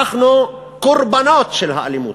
אנחנו קורבנות של האלימות.